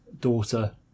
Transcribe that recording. daughter